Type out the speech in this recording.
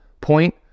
point